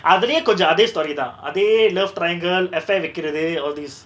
அதுலயு கொஞ்சோ அதே:athulayu konjo athe story தா அதே:tha athe love triangle affair வைக்குறது:vaikurathu all this